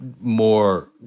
more